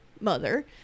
mother